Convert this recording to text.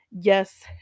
yes